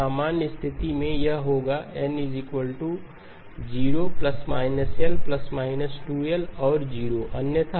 सामान्य स्थिति में यह होगा n n0± L ±2L और 0 अन्यथा